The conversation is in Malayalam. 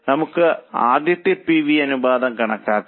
നമുക്ക് ആദ്യത്തെ പി വി അനുപാതം കണക്കാക്കാം